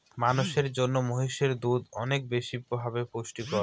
মানুষের জন্য মহিষের দুধ অনেক বেশি ভাবে পুষ্টিকর